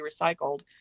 recycled